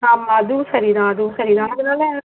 ஆமாம் அதுவும் சரி தான் அதுவும் சரி தான் அதனால